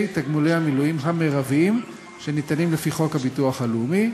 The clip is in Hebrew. תגמולי המילואים המרביים שניתנים לפי חוק הביטוח הלאומי.